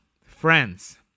friends